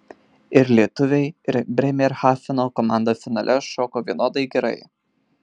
ir lietuviai ir brėmerhafeno komanda finale šoko vienodai gerai